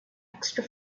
extra